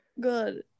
Good